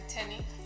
Tenny